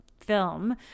film